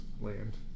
land